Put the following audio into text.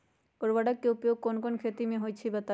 उर्वरक के उपयोग कौन कौन खेती मे होई छई बताई?